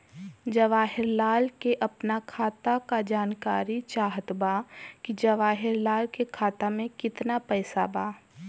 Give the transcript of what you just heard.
जवाहिर लाल के अपना खाता का जानकारी चाहत बा की जवाहिर लाल के खाता में कितना पैसा बा?